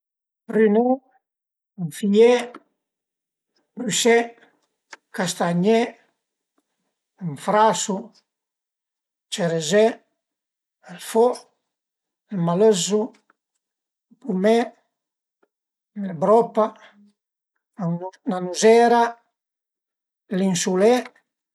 Prüné, fìé, prüsé, castagné, ën frasu, cerezé, ël fo, ël malëzu, pumé, 'na proba, 'na nuzera, linsulé